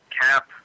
Cap